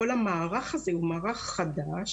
כל המערך הזה הוא מערך חדש